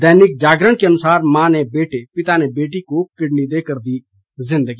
दैनिक जागरण के अनुसार मां ने बेटे पिता ने बेटी को किडनी देकर दी जिंदगी